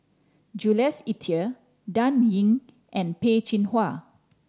Jules Itier Dan Ying and Peh Chin Hua